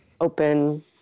open